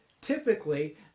Typically